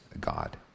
God